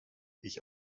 ich